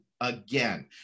again